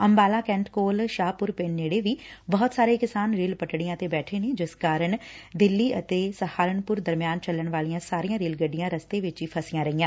Ambala cantt ਕੋਲ ਸ਼ਾਹਪੁਰ ਪਿੰਡ ਨੇਤੇ ਵੀ ਬਹੁਤ ਸਾਰੇ ਕਿਸਾਨ ਰੇਲ ਪਟੜੀਆਂ ਤੇ ਬੈਠੇ ਨੇ ਜਿਸ ਕਾਰਨ ਦਿੱਲੀ ਅਤੇ ਸਹਾਰਨਪੁਰ ਦਰਮਿਆਨ ਚੱਲਣ ਵਾਲੀਆਂ ਸਾਰੀਆਂ ਰੇਲ ਗੱਡੀਆਂ ਰਸਤੇ ਵਿਚ ਹੀ ਫਸੀਆਂ ਰਹੀਆਂ